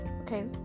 Okay